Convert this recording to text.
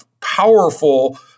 powerful